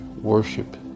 worship